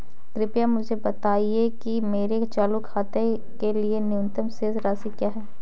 कृपया मुझे बताएं कि मेरे चालू खाते के लिए न्यूनतम शेष राशि क्या है?